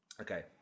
Okay